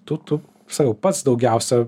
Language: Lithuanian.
tu tu sakau pats daugiausia